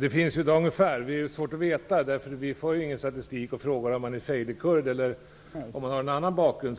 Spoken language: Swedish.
Fru talman! Det är svårt att veta hur många det är för vi för ingen statistik över ifall man är feilikurd eller har någon annan bakgrund.